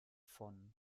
von